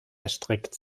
erstreckt